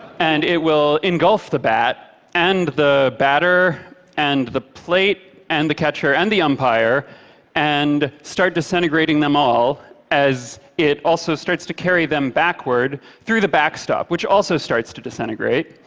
and it will engulf the bat and the batter and the plate and the catcher and the umpire and start disintegrating them all as it also starts to carry them backward through the backstop, which also starts to disintegrate.